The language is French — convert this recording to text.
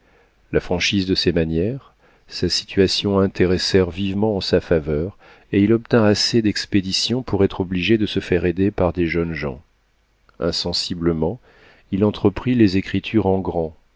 la franchise de ses manières sa situation intéressèrent vivement en sa faveur et il obtint assez d'expéditions pour être obligé de se faire aider par des jeunes gens insensiblement il entreprit les écritures en grand